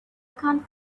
can’t